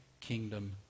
kingdom